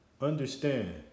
understand